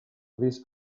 this